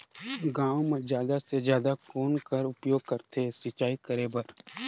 गांव म जादा से जादा कौन कर उपयोग करथे सिंचाई करे बर?